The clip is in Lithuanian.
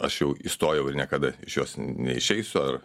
aš jau įstojau ir niekada iš jos neišeisiu ar